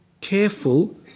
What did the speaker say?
careful